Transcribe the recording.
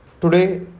Today